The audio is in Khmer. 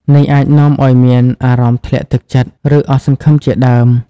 នេះអាចនាំឱ្យមានអារម្មណ៍ធ្លាក់ទឹកចិត្ត ឬអស់សង្ឃឹមជាដើម។